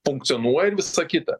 funkcionuoja ir visa kita